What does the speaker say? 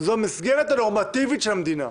זו המסגרת הנורמטיבית של המדינה.